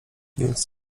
więc